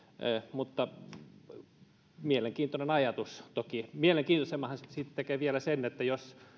mutta se on mielenkiintoinen ajatus toki mielenkiintoisemmanhan siitä tekee sitten vielä se jos